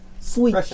Sweet